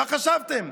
מה חשבתם?